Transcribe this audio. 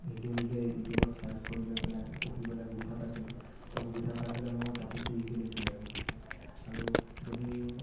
নিজে নিজে ইউটিউবত চাৰ্চ কৰি লৈ পেলাই পঢ়িবলৈ সুবিধা পাইছিলোঁ ত' সুবিধা পাই পেলাই মোৰ টপিকটো ইজিলি ক্লিয়াৰ হৈ গৈছিলে আৰু যদি